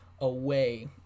away